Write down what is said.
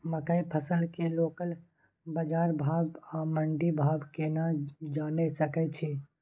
मकई फसल के लोकल बाजार भाव आ मंडी भाव केना जानय सकै छी?